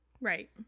Right